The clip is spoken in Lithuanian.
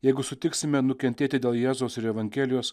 jeigu sutiksime nukentėti dėl jėzaus ir evangelijos